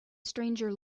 stranger